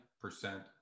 percent